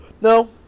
No